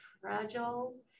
fragile